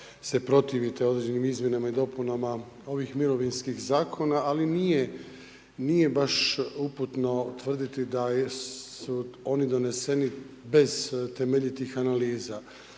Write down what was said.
se protivite određenim izmjenama i dopunama ovih mirovinskih zakona, ali nije, nije baš uputno tvrditi da su oni doneseni bez temeljitih analiza.